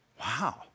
Wow